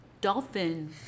Dolphin